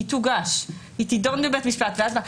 היא תוגש, היא תידון לבית משפט, ואז מה?